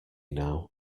now